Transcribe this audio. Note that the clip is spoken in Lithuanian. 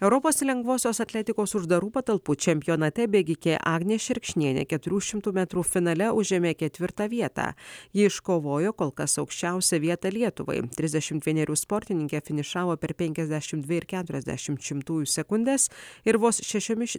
europos lengvosios atletikos uždarų patalpų čempionate bėgikė agnė šerkšnienė keturių šimtų metrų finale užėmė ketvirtą vietą ji iškovojo kol kas aukščiausią vietą lietuvai trisdešimt vienerių sportininkė finišavo per penkiasdešim dvi ir keturiasdešim šimtųjų sekundės ir vos šešiomis